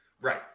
Right